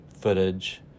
footage